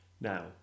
now